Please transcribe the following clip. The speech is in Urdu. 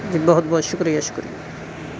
جی بہت بہت شکریہ شکریہ